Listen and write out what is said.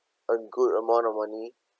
a good amount of money